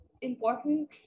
important